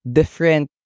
different